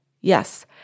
yes